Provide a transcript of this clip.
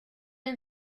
are